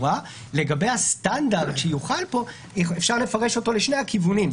לגבי הסטנדרט שיוחל פה אפשר לפרש אותו לשני הכיוונים.